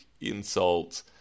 insult